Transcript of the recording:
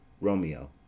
Romeo